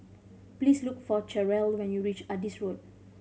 please look for Cheryll when you reach Adis Road